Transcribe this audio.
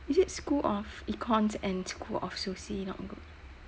is it school of econs and school of soci not good